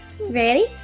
Ready